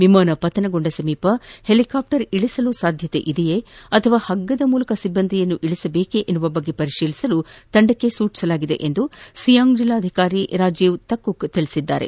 ವಿಮಾನ ಪತನಗೊಂಡ ಸಮೀಪ ಹೆಲಿಕಾಪ್ಪರ್ ಇಳಿಸಲು ಸಾಧ್ಯತೆ ಇದೆಯೇ ಅಥವಾ ಹಗ್ಗದ ಮೂಲಕ ಸಿಬ್ಬಂದಿಯನ್ನು ಇಳಿಸಬೇಕೆ ಎಂಬ ಬಗ್ಗೆ ಪರಿಶೀಲಿಸಲು ತಂಡಕ್ಕೆ ಸೂಚಿಸಲಾಗಿದೆ ಎಂದು ಸಿಯಾಂಗ್ ಜಿಲ್ಲಾಧಿಕಾರಿ ರಾಜೀವ್ ತಕುಕ್ ತಿಳಿಸಿದ್ದಾರೆ